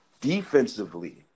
defensively